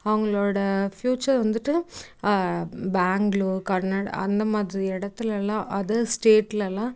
அவங்களோட ஃப்யூச்சர் வந்துவிட்டு பெங்களூர் அந்தமாதிரி இடத்துலலாம் அதர் ஸ்டேட்டுலலாம்